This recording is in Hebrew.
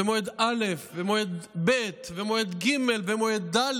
במועד א' ומועד ב' ומועד ג' ומועד ד',